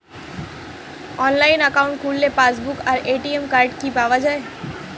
Online account খুললে passbook আর ATM card কি পাওয়া যায়?